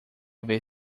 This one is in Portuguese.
ver